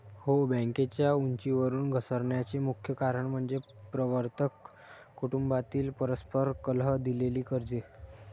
हो, बँकेच्या उंचीवरून घसरण्याचे मुख्य कारण म्हणजे प्रवर्तक कुटुंबातील परस्पर कलह, दिलेली कर्जे